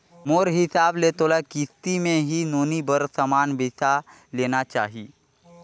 मोर हिसाब ले तोला किस्ती मे ही नोनी बर समान बिसा लेना चाही